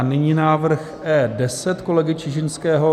Nyní návrh E10 kolegy Čižinského.